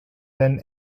then